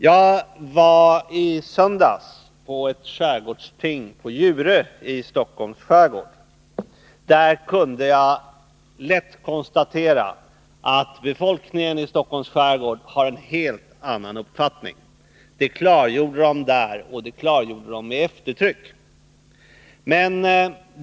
Jag var i söndags på ett skärgårdsting på Djurö i Stockholms skärgård. Där kunde jag lätt konstatera att befolkningen i Stockholms skärgård har en helt annan uppfattning. Det klargjordes där med eftertryck.